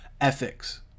ethics